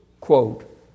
quote